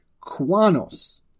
quanos